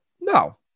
No